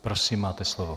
Prosím, máte slovo.